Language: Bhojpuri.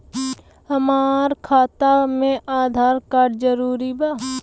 हमार खाता में आधार कार्ड जरूरी बा?